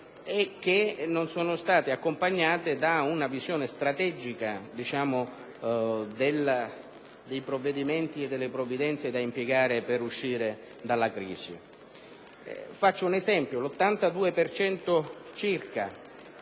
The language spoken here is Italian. e discrezionali non accompagnate da una visione strategica dei provvedimenti e delle provvidenze da impiegare per uscire dalla crisi. Faccio un esempio: del